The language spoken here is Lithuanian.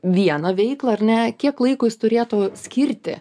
vieną veiklą ar ne kiek laiko jis turėtų skirti